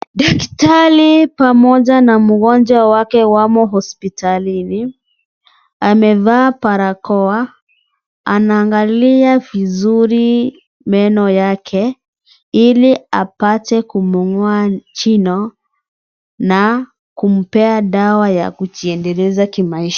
Daktari pamoja na mgonjwa wake wamo hospitalini amevaa barakoa . Anaangalia vizuri meno yake. Ili apate kumng'oa jino na kumpea dawa ya kujiendeleza kimaisha.